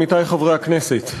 עמיתי חברי הכנסת,